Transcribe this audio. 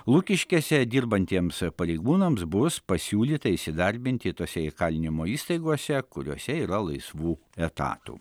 lukiškėse dirbantiems pareigūnams bus pasiūlyta įsidarbinti tose įkalinimo įstaigose kuriose yra laisvų etatų